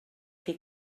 chi